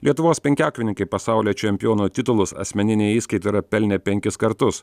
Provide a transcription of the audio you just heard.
lietuvos penkiakovininkai pasaulio čempiono titulus asmeninėje įskaitoje yra pelnę penkis kartus